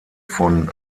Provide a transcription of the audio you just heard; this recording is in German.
von